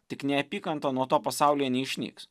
tik neapykanta nuo to pasaulyje neišnyks